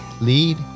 lead